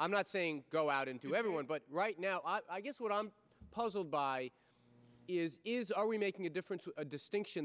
i'm not saying go out into everyone but right now i guess what i'm puzzled by is is are we making a difference a distinction